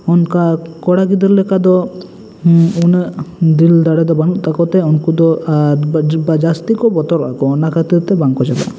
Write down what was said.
ᱚᱱᱠᱟ ᱠᱚᱲᱟ ᱜᱤᱫᱟᱹᱨ ᱞᱮᱠᱟ ᱫᱚ ᱩᱱᱟᱹᱜ ᱫᱤᱞ ᱫᱟᱲᱮ ᱫᱚ ᱵᱟᱹᱱᱩᱜ ᱛᱟᱠᱚ ᱛᱮ ᱩᱱᱠᱩ ᱫᱚ ᱵᱟ ᱡᱟᱹᱥᱛᱤᱢ ᱠᱚ ᱵᱚᱛᱚᱨᱚᱜᱼᱟ ᱠᱚ ᱚᱱᱟ ᱠᱷᱟᱹᱛᱤᱨ ᱛᱮ ᱵᱟᱝ ᱠᱚ ᱪᱟᱞᱟᱜᱼᱟ